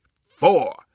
four